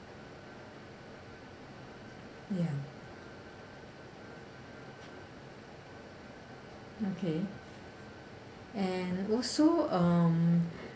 ya okay and also um